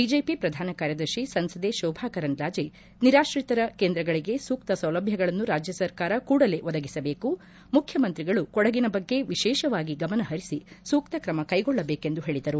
BJP ಪ್ರಧಾನ ಕಾರ್ಯದರ್ಶಿ ಸಂಸದೆ ಶೋಭಾ ಕರಂದ್ಲಾಜೆ ನಿರಾತ್ರಿತರ ಕೇಂದ್ರಗಳಿಗೆ ಸೂಕ್ತ ಸೌಲಭ್ಯಗಳನ್ನು ರಾಜ್ಯ ಸರ್ಕಾರ ಕೂಡಲೇ ಒದಗಿಸಬೇಕು ಮುಖ್ಯಮಂತ್ರಿಗಳು ವಿಶೇಷವಾಗಿ ಕೊಡಗಿನ ಬಗ್ಗೆ ವಿಶೇಷವಾಗಿ ಗಮನ ಹರಿಸಿ ಸೂಕ್ತ ತ್ರಮ ಕ್ಲೆಗೊಳ್ಳಬೇಕೆಂದು ಹೇಳಿದರು